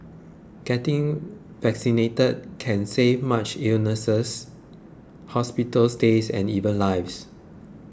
getting vaccinated can save much illness hospital stays and even lives